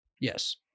Yes